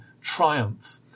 triumph